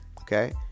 okay